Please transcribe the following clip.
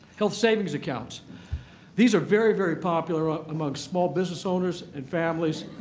health savings accounts these are very, very popular ah among small business owners and families.